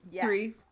three